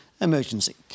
emergency